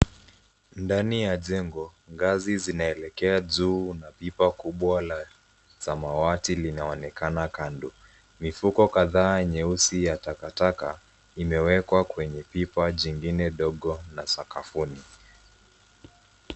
Ndani ya jengo, ngazi zinaelekea juu na pipa kubwa la samawati linaonekana kando. Mifuko kadhaa nyeusi ya takataka imewekwa kwenye pipa jingine dogo na sakafuni.